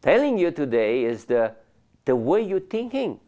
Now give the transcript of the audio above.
telling you today is the way you thinking